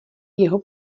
jeho